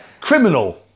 criminal